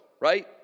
right